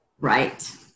Right